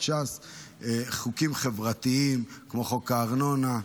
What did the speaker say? ש"ס הגישו: חוקים חברתיים כמו חוק הארנונה,